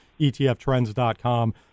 ETFtrends.com